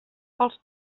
els